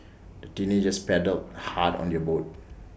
the teenagers paddled hard on your boat